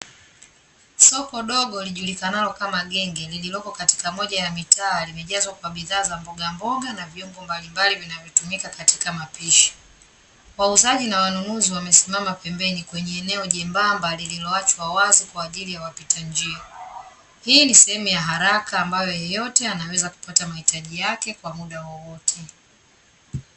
Soko dogo lijulikanalo kama genge, lililoko katika moja ya mitaa limejazwa kwa bidhaa za mboga mboga na viungo mbalimbali vinavyotumika katika mapishi. Wauzaji na wanunuzi wamesimama pembeni kwenye eneo jembamba lililoachwa wazi kwa ajili ya wapita njia. Hii ni sehemu ya haraka, ambayo yoyote anaweza kupata mahitaji yake kwa muda wowote.